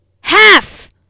Half